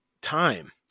Time